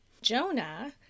Jonah